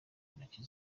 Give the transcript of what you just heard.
ntoki